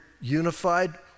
unified